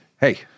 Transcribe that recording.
hey